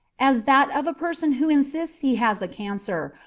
as that of a person who insists he has a cancer,